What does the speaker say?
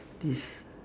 this